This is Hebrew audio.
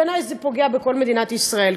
בעיני זה פוגע בכל מדינת ישראל,